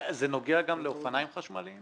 זה נוגע גם לאופניים חשמליים?